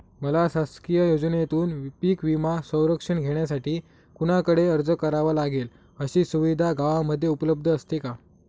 मला शासकीय योजनेतून पीक विमा संरक्षण घेण्यासाठी कुणाकडे अर्ज करावा लागेल? अशी सुविधा गावामध्ये उपलब्ध असते का?